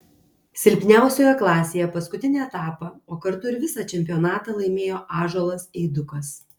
silpniausioje klasėje paskutinį etapą o kartu ir visą čempionatą laimėjo ąžuolas eidukas